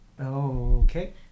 Okay